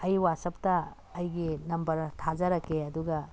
ꯑꯩ ꯋꯥꯆꯞꯇ ꯑꯩꯒꯤ ꯅꯝꯕꯔ ꯊꯥꯖꯔꯛꯀꯦ ꯑꯗꯨꯒ